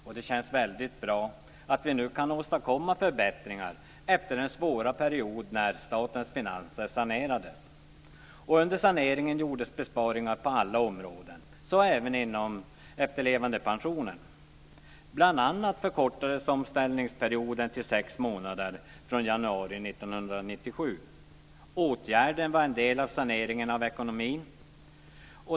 Det känns väldigt bra att vi nu kan åstadkomma förbättringar efter den svåra period när statens finanser sanerades. Under saneringen gjordes besparingar på alla områden - så även inom efterlevandepensionen. Bl.a. förkortades omställningsperioden till sex månader från januari 1997. Åtgärden var en del av saneringen av ekonomin.